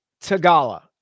Tagala